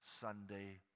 Sunday